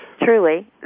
Truly